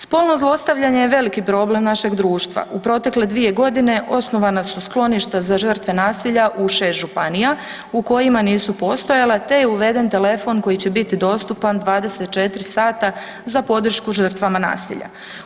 Spolno zlostavljanje je veliki problem našeg društva u protekle dvije godine osnovana su skloništa za žrtve nasilja u šest županija u kojima nisu postojale te je uveden telefon koji će biti dostupan 24 sata za podršku žrtvama nasilja.